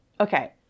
Okay